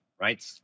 right